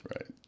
right